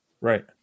right